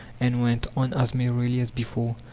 and went on as merrily as before.